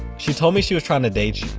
she told me she was tryna date you.